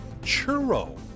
churro